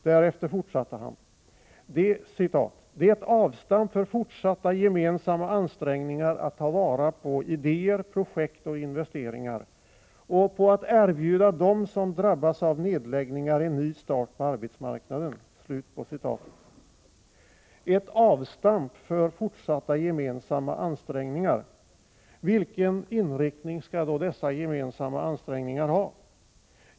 Därefter fortsatte han: ”Det är ett avstamp för fortsatta gemensamma ansträngningar att ta vara på idéer, projekt och investeringar och på att erbjuda dem som drabbas av nedläggningar en ny start på arbetsmarknaden.” ”Ett avstamp för fortsatta gemensamma ansträngningar” — vilken inriktning skall då dessa gemensamma ansträngningar ha?